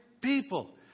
people